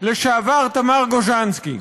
לשעבר תמר גוז'נסקי.